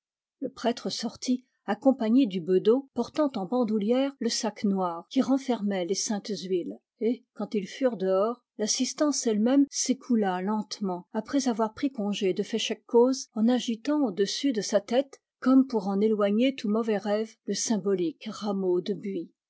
le prêtre sortit accompagné du bedeau portant en bandoulière le sac noir qui renfermait les saintes huiles et quand ils furent dehors l'assistance elle-même s'écoula lentement après avoir pris congé de féchec coz en agitant au-dessus de sa tête comme pour en éloigner tout mauvais rêve le symbolique rameau de buis